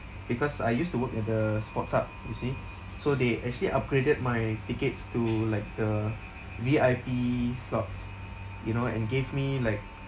because I used to work at the sports hub you see so they actually upgraded my tickets to like the V_I_ P slots you know and gave me like